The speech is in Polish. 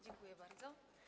Dziękuję bardzo.